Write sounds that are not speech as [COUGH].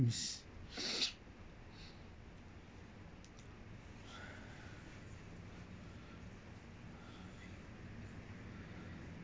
[BREATH]